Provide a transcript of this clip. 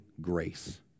grace